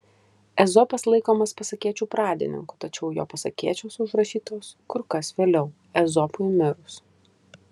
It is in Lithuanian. ezopas laikomas pasakėčių pradininku tačiau jo pasakėčios užrašytos kur kas vėliau ezopui mirus